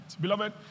Beloved